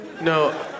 No